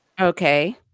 okay